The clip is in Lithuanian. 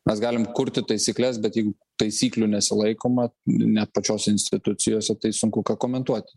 mes galim kurti taisykles bet jeigu taisyklių nesilaikoma net pačios institucijos tai sunku ką komentuoti